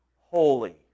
holy